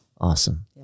Awesome